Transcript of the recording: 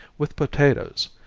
with potatoes,